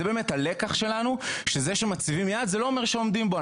זה באמת הלקח לנו שזה שמציבים יעד זה לא אומר שעומדים בו.